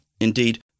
Indeed